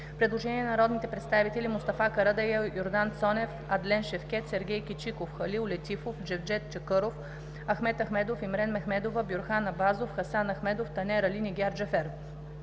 Предложение от народните представители